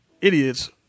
idiots